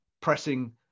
pressing